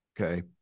Okay